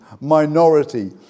minority